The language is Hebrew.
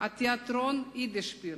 תיאטרון ה"יידישפיל",